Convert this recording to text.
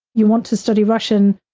you want to study russian,